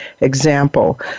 example